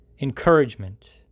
encouragement